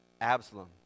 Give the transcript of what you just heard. Absalom